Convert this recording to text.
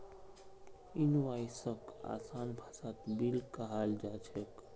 इनवॉइसक आसान भाषात बिल कहाल जा छेक